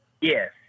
Yes